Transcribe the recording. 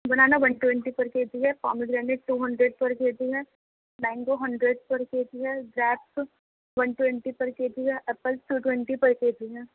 بنانا one twenty per K G ہے pomegranate two hundred per K G ہے mango hundred per K G ہے grapes one twenty per K G ہے apple two twenty per K G ہے